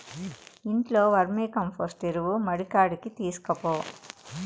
ఇంట్లో వర్మీకంపోస్టు ఎరువు మడికాడికి తీస్కపో